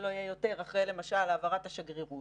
שלא יהיה יותר אחרי העברת השגרירות,